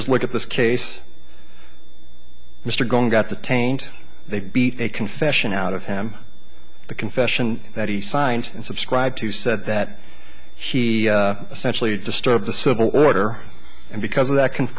just look at this case mr gone got the taint they beat a confession out of him the confession that he signed and subscribed to said that he essentially to stop the civil order and because of that can